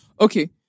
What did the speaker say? Okay